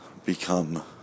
become